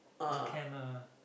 all can ah